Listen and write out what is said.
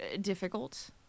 difficult